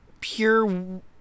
pure